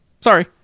Sorry